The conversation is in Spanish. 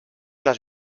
las